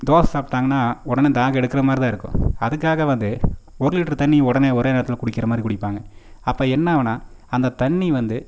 தோசை சாப்பிட்டாங்கனா உடனே தாகம் எடுக்கிற மாதிரிதான் இருக்கும் அதுக்காக வந்து ஒரு லிட்டர் தண்ணியை உடனே ஒரே நேரத்தில் குடிக்கிற மாதிரி குடிப்பாங்க அப்போ என்னாகுனா அந்த தண்ணி வந்து